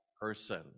person